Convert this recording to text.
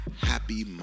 Happy